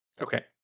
okay